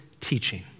teaching